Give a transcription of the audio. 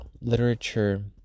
literature